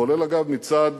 כולל, אגב, מצד